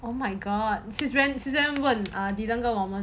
oh my god 问 err 你跟着我们